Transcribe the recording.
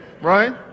Right